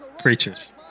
creatures